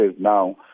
now